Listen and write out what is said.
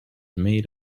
made